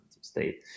state